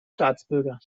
staatsbürger